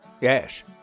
Yes